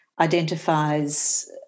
identifies